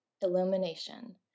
Illumination